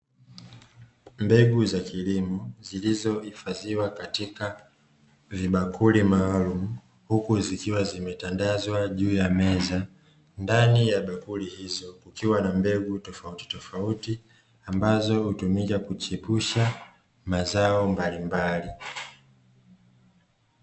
Mbegu za kilimo zilizohifadhiwa katika vibakuli maalumu huku zikiwa zimetandazwa juu ya meza, ndani ya bakuli hizo kukiwa na mbegu tofautitofauti ambazo hutumika kuchepusha mazao mbalimbali.